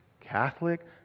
Catholic